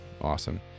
Awesome